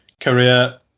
career